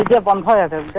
up on the